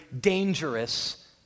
dangerous